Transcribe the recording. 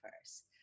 first